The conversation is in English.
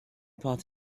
part